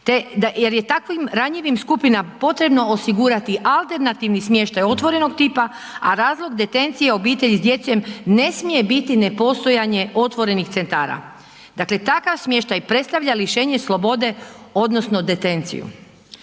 jer je takvim ranjivim skupinama potrebno osigurati alternativni smještaj otvorenog tipa, a razlog detencije obitelji s djecom ne smije biti nepostojanje otvorenih centara. Dakle, takav smještaj predstavlja lišenje slobode odnosno detenciju.